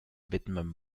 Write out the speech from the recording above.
widmen